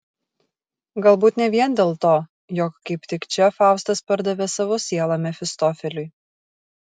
galbūt ne vien dėl to jog kaip tik čia faustas pardavė savo sielą mefistofeliui